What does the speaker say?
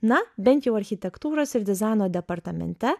na bent jau architektūros ir dizaino departamente